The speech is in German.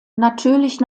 natürlich